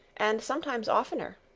and sometimes oftener.